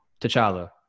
T'Challa